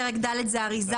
פרק ד' הוא אריזה